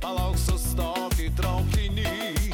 palauk sustok traukiny